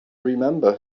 remember